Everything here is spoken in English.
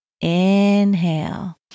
Inhale